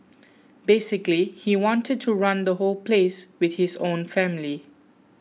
basically he wanted to run the whole place with his own family